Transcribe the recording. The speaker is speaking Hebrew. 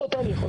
אותו תהליך.